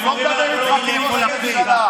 הם אומרים: אנחנו לא רוצים להיפגש איתך.